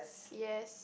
yes